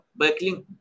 backlink